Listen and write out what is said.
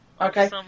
Okay